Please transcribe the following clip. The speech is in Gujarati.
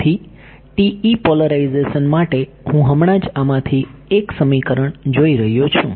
તેથી TE પોલેરાઇઝેશન માટે હું હમણાં જ આમાંથી એક સમીકરણ જોઈ રહ્યો છું